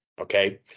okay